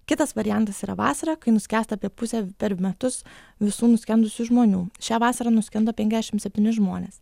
kitas variantas yra vasarą kai nuskęsta apie pusė per metus visų nuskendusių žmonių šią vasarą nuskendo penkiasdešimt septyni žmonės